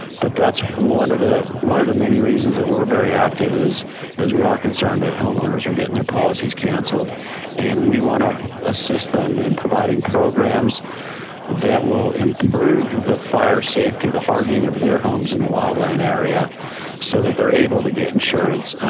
but that's one of the, one of the many reasons that we're very active is because we are concerned that homeowners are getting their policies canceled and we want to assist them in providing programs that will improve the fire safety, the hardening of their homes in the wildland area so that they're able to get insurance.